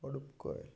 অরূপ কর